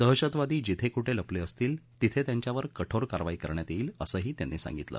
दहशतवादी जिथे कुठे लपले असतील तिथे त्यांच्यावर कठोर कारवाई करण्यात येईल असंही त्यांनी सांगितलं